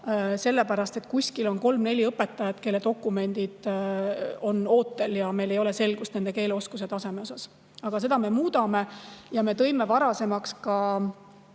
sellepärast et kuskil on kolm kuni neli õpetajat, kelle dokumendid on ootel ja meil ei ole selgust nende keeleoskuse taseme osas. Aga seda me muudame. Me tõime varasemaks ka